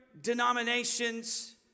denominations